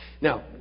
Now